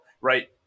right